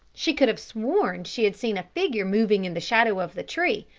she could have sworn she had seen a figure moving in the shadow of the tree,